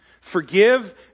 Forgive